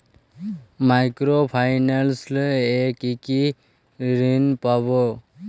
Micro finance এ কি কি ঋণ পাবো?